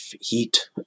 heat